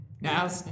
now